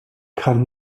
kann